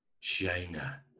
China